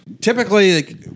typically